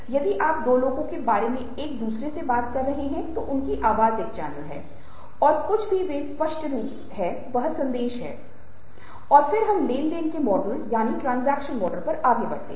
यदि आप दो लोगों के बारे में एक दूसरे से बात कर रहे हैं तो उनकी आवाज़ एक चैनल है और जो कुछ भी वे स्पष्ट करते हैं वह संदेश है और फिर हम लेन देन के मॉडल पर आगे बढ़ते हैं